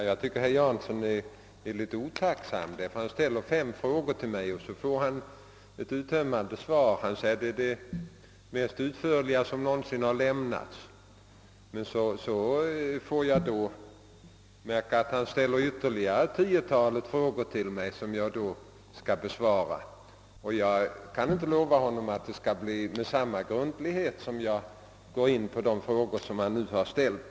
Herr talman! Herr Jansson förefaller mig litet otacksam. Han ställer fem frågor till mig, får ett uttömmande svar och förklarar att det är det mest utförliga som någonsin har lämnats. Sedan vill han att jag skall besvara ytterligare tiotalet frågor. Jag kan inte lova honom att det skall göras med samma grundlighet som beträffande de frågor han först framställt.